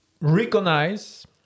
recognize